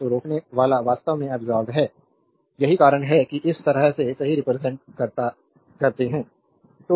तो रोकनेवाला वास्तव में अब्सोर्बेद है यही कारण है कि इस तरह से सही रिप्रेजेंट करते हैं